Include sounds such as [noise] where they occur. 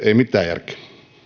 [unintelligible] ei mitään järkeä